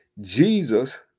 Jesus